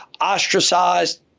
ostracized